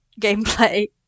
gameplay